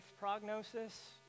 prognosis